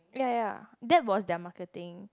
ya ya that was their marketing